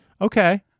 Okay